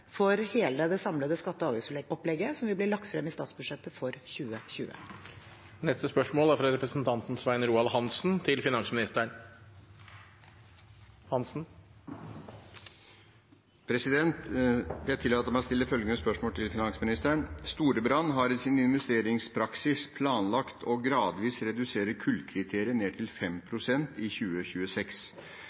for hele det samlede skatte- og avgiftsopplegget som vil bli lagt frem i statsbudsjettet for 2020. Jeg tillater meg å stille følgende spørsmål til finansministeren: «Storebrand har i sin investeringspraksis planlagt gradvis å redusere kullkriteriet til 5 pst. i 2026.